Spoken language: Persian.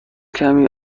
کمی